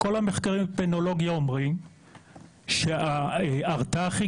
כל המחקרים בפנולוגיה אומרים שההרתעה הכי